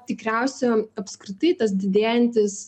tikriausiai apskritai tas didėjantis